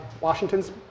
Washington's